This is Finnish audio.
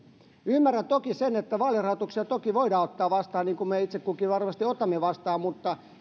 ymmärrän toki sen että vaalirahoitusta voidaan ottaa vastaan niin kuin me itse kukin varmasti otamme vastaan mutta